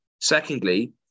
Secondly